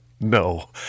No